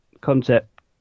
concept